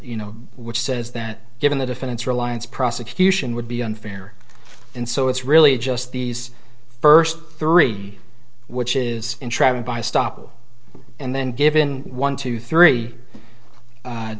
you know which says that given the defendants reliance prosecution would be unfair and so it's really just these first three which is entrapment by stopping and then given one to three